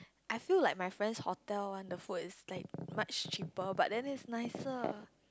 I feel like my friend's hotel one the food is like much cheaper but then is nicer